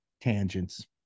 tangents